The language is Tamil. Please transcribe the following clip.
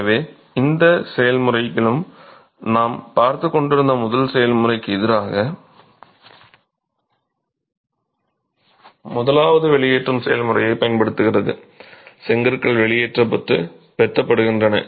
எனவே இந்த இரண்டு செயல்முறைகளும் நாம் பார்த்துக்கொண்டிருந்த முதல் செயல்முறைக்கு எதிராக முதலாவது வெளியேற்றும் செயல்முறையைப் பயன்படுத்துகிறது செங்கற்கள் வெளியேற்றப்பட்டு வெட்டப்படுகின்றன